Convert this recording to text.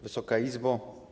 Wysoka Izbo!